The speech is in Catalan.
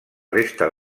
resta